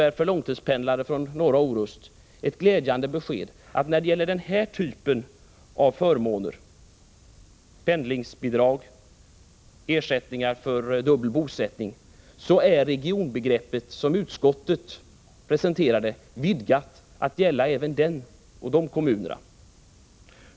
För 51 långtidspendlare från norra Orust innebär det också ett glädjande besked: När det gäller den här typen av förmåner — pendlingsbidrag och ersättning för dubbel bosättning — är regionbegreppet såsom utskottet presenterat det vidgat till att gälla även de kommunerna.